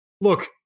look